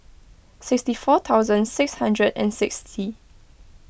sixty four thousand six hundred and sixty